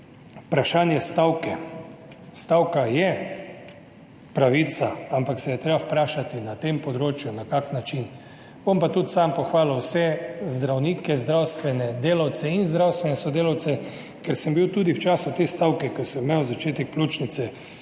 Vprašanje stavke. Stavka je pravica, ampak se je na tem področju treba vprašati, na kakšen način. Bom pa tudi sam pohvalil vse zdravnike, zdravstvene delavce in zdravstvene sodelavce, ker sem bil tudi obravnavan v času te stavke, ko sem imel začetek pljučnice.